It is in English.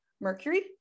Mercury